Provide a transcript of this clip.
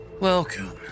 Welcome